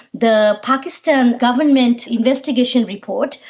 the pakistan government investigation report,